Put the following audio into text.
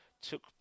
Took